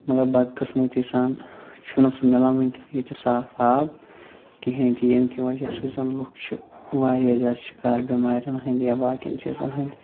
مگر بد قٕسمتی سان چھُنہٕ سُہ مِلان وٕنۍکٮ۪ن ییٚتہِ صاف آب کِہیٖنۍ تہِ ییٚمہِ کہِ وجہ سۭتۍ زَن لُکھ چھِ واریاہ زیادٕ شِکار بٮ۪مارٮ۪ن ہٕنٛدۍ یا باقیَن چیٖزَن ہٕنٛدۍ